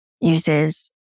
uses